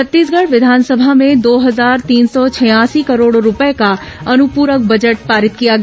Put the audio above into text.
छत्तीसगढ़ विधानसभा में दो हजार तीन सौ छियासी करोड़ रूपये का अनुपूरक बजट पारित किया गया